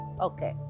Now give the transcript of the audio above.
Okay